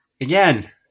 Again